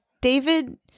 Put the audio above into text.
David